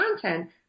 content